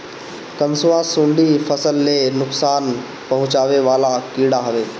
कंसुआ, सुंडी फसल ले नुकसान पहुचावे वाला कीड़ा हवे